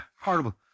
horrible